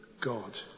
God